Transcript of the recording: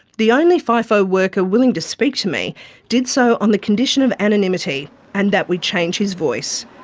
the only fifo worker willing to speak to me did so on the condition of anonymity and that we change his voice.